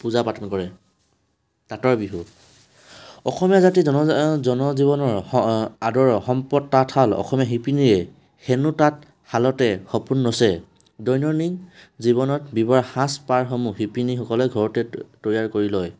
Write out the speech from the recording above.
পূজা পাতল কৰে তাঁতৰ বিহু অসমীয়া জাতি জন জনজীৱনৰ আদৰৰ সম্পদ তাঁতশাল অসমীয়া শিপিনীয়ে হেনো তাঁতশালতে সপোন ৰচে দৈনন্দিন জীৱনত ব্যৱহাৰ সাজ পাৰসমূহ শিপিনীসকলে ঘৰতে তৈ তৈয়াৰ কৰি লয়